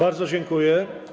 Bardzo dziękuję.